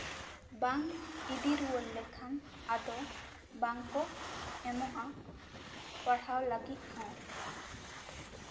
ᱵᱟᱝ ᱤᱫᱤ ᱨᱩᱣᱟᱹᱲ ᱞᱮᱠᱷᱟᱱ ᱟᱫᱚ ᱵᱟᱝᱠᱚ ᱮᱢᱚᱜᱼᱟ ᱯᱟᱲᱦᱟᱣ ᱞᱟᱹᱜᱤᱫ ᱦᱚᱸ